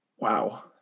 Wow